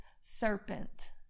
serpent